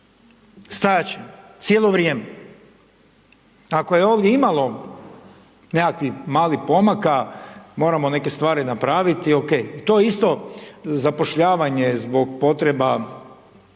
Stajat ćemo, cijelo vrijeme. Ako je ovdje imalo nekakvih malih pomaka, moramo neke stvari napraviti, ok, to je isto zapošljavanje zbog potreba